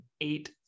eight